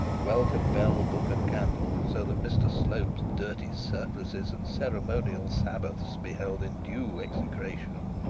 welcome bell, book, and candle, so that mr slope's dirty surplices and ceremonial sabbaths be held in due execration!